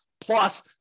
plus